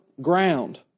ground